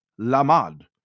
lamad